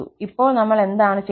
ഇപ്പോൾ നമ്മൾ എന്താണ് ചെയ്യുന്നത്